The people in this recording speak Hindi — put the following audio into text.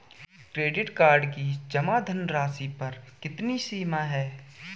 क्रेडिट कार्ड की जमा धनराशि पर कितनी सीमा है?